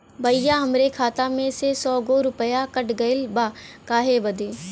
भईया हमरे खाता मे से सौ गो रूपया कट गइल बा काहे बदे?